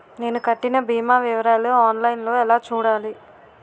నేను కట్టిన భీమా వివరాలు ఆన్ లైన్ లో ఎలా చూడాలి?